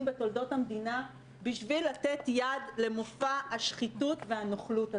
בתולדות המדינה בשביל לתת יד למופע השחיתות והנוכלות הזה.